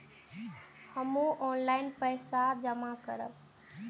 हमू ऑनलाईनपेसा के जमा करब?